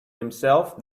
himself